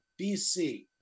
BC